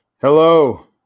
Hello